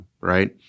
right